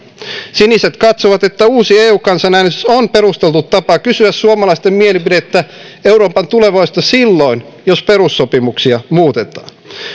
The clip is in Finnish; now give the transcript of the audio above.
siniset katsovat että uusi eu kansanäänestys on perusteltu tapa kysyä suomalaisten mielipidettä euroopan tulevaisuudesta silloin jos perussopimuksia muutetaan